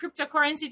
cryptocurrency